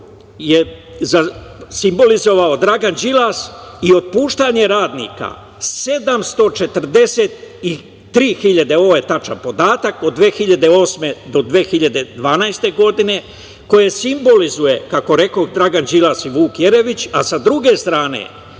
je simbolizovao Dragan Đilas i otpuštanje radnika, 743.000, ovo je tačan podatak, od 2008. do 2012. godine, koje simbolizuju, kako rekoh, Dragan Đilas i Vuk Jeremić, a sa druge strane